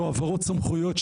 או העברות סמכויות,